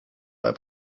bei